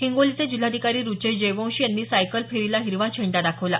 हिंगोलीचे जिल्हाधिकारी रुचेश जयवंशी यांनी सायकल फेरीला हिरवा झेंडा दाखवला